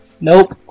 Nope